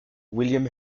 william